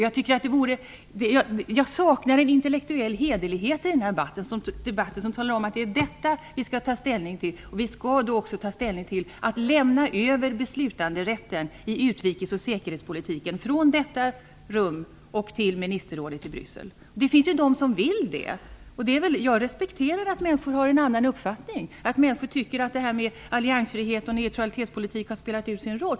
Jag saknar en intellektuell hederlighet i den här debatten som talar om att det är detta vi skall ta ställning till och att vi också skall ta ställning till det här med att lämna över beslutanderätten, att flytta beslutanderätten i utrikes och säkerhetspolitiken från denna kammare till ministerrådet i Bryssel. Det finns ju de som vill det. Jag respekterar att människor har en annan uppfattning, att människor tycker att det här med alliansfrihet och neutralitetspolitik har spelat ut sin roll.